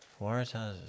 Waratahs